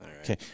Okay